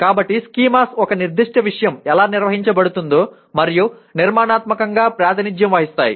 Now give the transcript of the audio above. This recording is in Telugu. కాబట్టి స్కీమాస్ ఒక నిర్దిష్ట విషయం ఎలా నిర్వహించబడుతుందో మరియు నిర్మాణాత్మకంగా ప్రాతినిధ్యం వహిస్తాయి